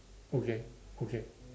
okay okay